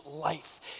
life